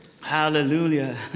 Hallelujah